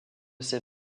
ses